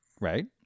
right